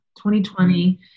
2020